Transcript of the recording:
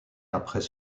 après